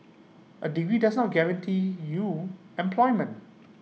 A degree does not guarantee you employment